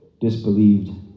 disbelieved